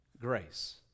grace